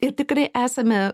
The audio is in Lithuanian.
ir tikrai esame